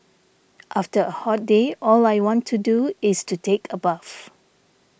after a hot day all I want to do is to take a bath